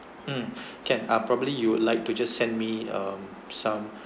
hmm can uh probably you would like to just send me um some